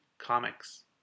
Comics